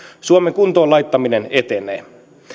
suomen kuntoon laittaminen etenee